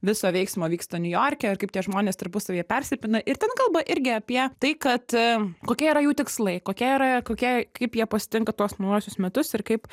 viso veiksmo vyksta niujorke ir kaip tie žmonės tarpusavyje persipina ir ten kalba irgi apie tai kad kokie yra jų tikslai kokie yra ir kokie kaip jie pasitinka tuos naujuosius metus ir kaip